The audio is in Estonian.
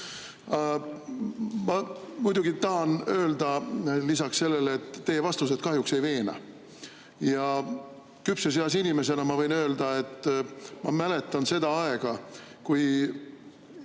Ma muidugi tahan lisaks sellele öelda, et teie vastused kahjuks ei veena. Küpses eas inimesena ma võin öelda, et ma mäletan seda aega, kui